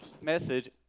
message